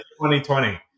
2020